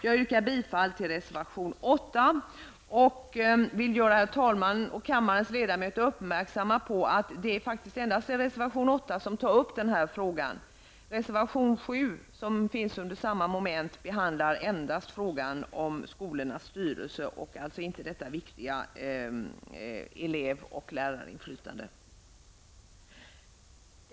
Jag yrkar bifall till reservation 8 och vill göra herr talmannen och kammarens ledamöter uppmärksamma på att det endast är i reservation 8 som den här frågan tas upp till behandling. Reservation 7, som finns under samma moment, behandlar endast frågan om skolornas styrelse och således inte detta viktiga elev och lärarinflytande.